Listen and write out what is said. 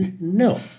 No